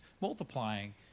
multiplying